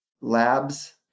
Labs